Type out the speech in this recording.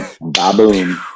baboon